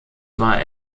war